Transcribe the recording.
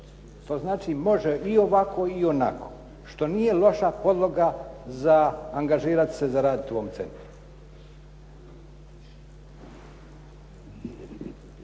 To znači može i ovako i onako, što nije loša podloga za angažirati se za raditi u ovom centru.